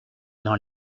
dans